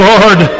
Lord